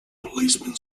policemen